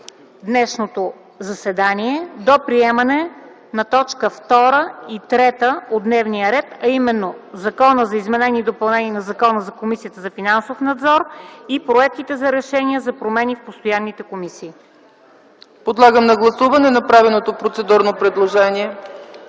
днешното заседание до приемане на т. 2 и т. 3 от дневния ред, а именно Законът за изменение и допълнение на Закона за Комисията за финансов надзор и проектите за решение за промени в постоянните комисии. ПРЕДСЕДАТЕЛ ЦЕЦКА ЦАЧЕВА: Подлагам на гласуване направеното процедурно предложение.